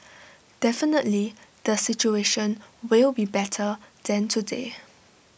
definitely the situation will be better than today